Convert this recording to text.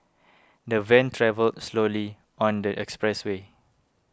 the van travelled slowly on the expressway